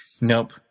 nope